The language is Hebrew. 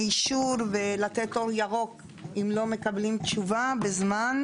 אישור ולתת אור ירוק אם לא מקבלים תשובה בזמן,